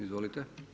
Izvolite.